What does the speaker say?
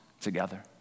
together